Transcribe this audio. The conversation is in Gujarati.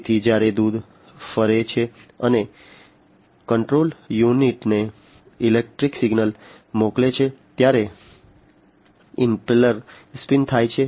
તેથી જ્યારે દૂધ ફરે છે અને કંટ્રોલ યુનિટને ઇલેક્ટ્રિકલ સિગ્નલ મોકલે છે ત્યારે ઇમ્પેલર સ્પિન થાય છે